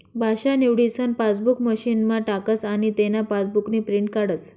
भाषा निवडीसन पासबुक मशीनमा टाकस आनी तेना पासबुकनी प्रिंट काढस